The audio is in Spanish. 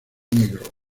negro